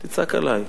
אל תצעק עלי.